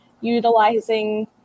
utilizing